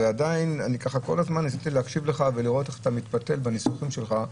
עדיין ניסיתי להקשיב ולראות איך אתה מתפתל בניסוחים שלך.